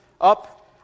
up